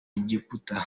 egiputa